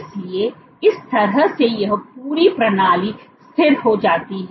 इसलिए इस तरह से यह पूरी प्रणाली स्थिर हो जाती है